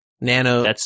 Nano